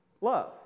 love